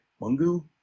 Mungu